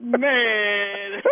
man